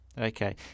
Okay